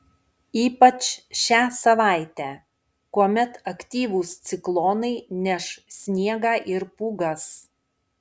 ypač šią savaitę kuomet aktyvūs ciklonai neš sniegą ir pūgas